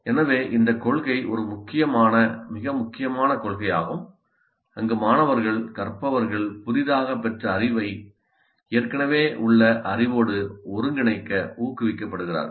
எனவே இந்த கொள்கை ஒரு மிக முக்கியமான கொள்கையாகும் அங்கு மாணவர்கள் கற்பவர்கள் புதிதாகப் பெற்ற அறிவை ஏற்கனவே உள்ள அறிவோடு ஒருங்கிணைக்க ஊக்குவிக்கப்படுகிறார்கள்